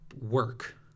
work